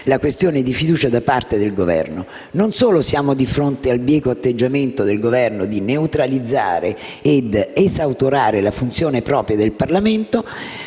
la questione di fiducia da parte del Governo. Non solo siamo di fronte al bieco atteggiamento dell'Esecutivo di neutralizzare ed esautorare le funzioni proprie del Parlamento,